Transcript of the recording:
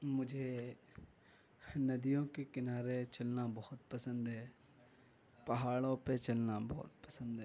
مجھے ندیوں کے کنارے چلنا بہت پسند ہے پہاڑوں پہ چلنا بہت پسند ہے